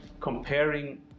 comparing